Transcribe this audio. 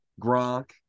Gronk